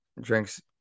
drinks